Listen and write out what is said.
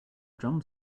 drum